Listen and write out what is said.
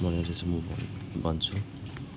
भनेर चाहिँ म भन्छु